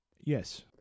Yes